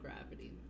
Gravity